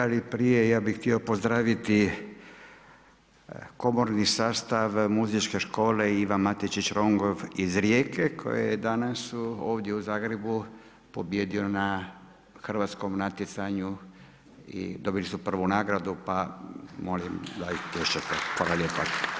Ali prije ja bih htio pozdraviti Komorni sastav Muzičke škole Ivan Matečić Ronjgov iz Rijeke koji je danas ovdje u Zagrebu pobijedio na hrvatskom natjecanju i dobili su prvu nagradu, pa molim da im plješćete. Hvala lijepa.